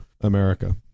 America